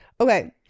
Okay